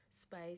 spice